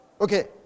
Okay